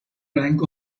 rank